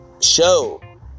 show